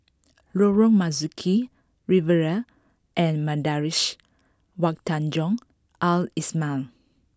Lorong Marzuki Riviera and Madrasah Wak Tanjong Al islamiah